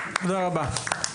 תודה רבה.